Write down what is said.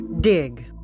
Dig